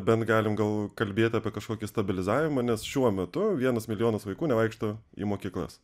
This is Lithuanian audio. bent galim gal kalbėt apie kažkokį stabilizavimą nes šiuo metu vienas milijonas vaikų nevaikšto į mokyklas